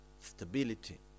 stability